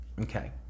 okay